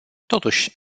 totuși